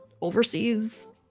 overseas